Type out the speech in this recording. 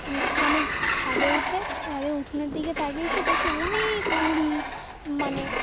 আমি ছাদে উঠে তাদের উঠোনের দিকে তাকিয়েছি দেখি অনেক মুড়ি মানে